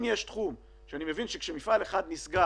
אם יש תחום שאני מבין שכשמפעל אחד נסגר